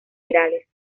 laterales